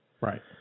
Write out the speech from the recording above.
Right